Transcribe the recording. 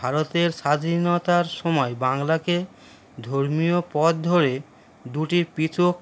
ভারতের স্বাধীনতার সময় বাংলাকে ধর্মীয় পথ ধরে দুটি পৃথক